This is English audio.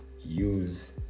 use